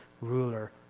ruler